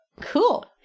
cool